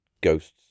ghosts